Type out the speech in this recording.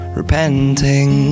repenting